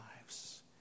lives